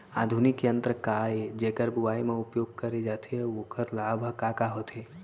आधुनिक यंत्र का ए जेकर बुवाई म उपयोग करे जाथे अऊ ओखर लाभ ह का का होथे?